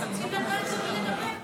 רוצים לדעת למי לדבר.